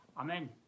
amen